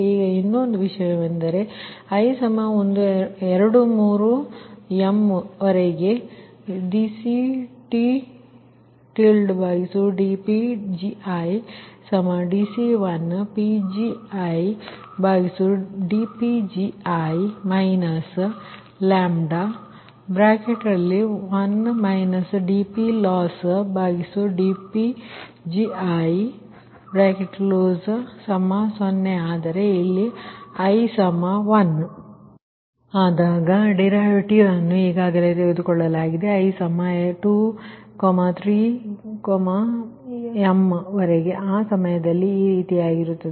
ಈಗ ಇನ್ನೊಂದು ವಿಷಯವೆಂದರೆ ಅದು ಅಂದರೆ i23m ಗಾಗಿ dCTdPgidCidPgi λ1 dPLossdPgi0 ಆದರೆ ಇಲ್ಲಿ i 1 ಆದಾಗ ಡರಿವಿಟಿವ ಅನ್ನು ಈಗಾಗಲೇ ತೆಗೆದುಕೊಳ್ಳಲಾಗಿದೆ i23m ಆ ಸಮಯದಲ್ಲಿ ಈ ರೀತಿಯಾಗಿರುತ್ತದೆ